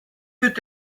wird